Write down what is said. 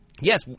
yes